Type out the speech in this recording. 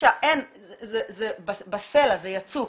זה בסלע, זה יצוק.